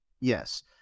Yes